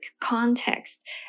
context